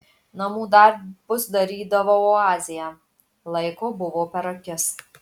namų darbus darydavau oazėje laiko buvo per akis